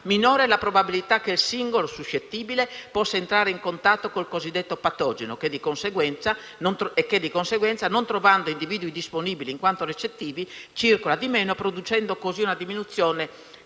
minore è la probabilità che il singolo suscettibile possa entrare in contatto con il cosiddetto patogeno, che di conseguenza, non trovando individui disponibili in quanto recettivi, circola di meno, producendo così una diminuzione